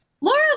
Laura